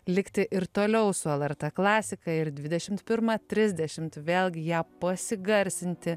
likti ir toliau su lrt klasika ir dvidešimt pirmą trisdešimt vėlgi ją pasigarsinti